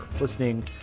listening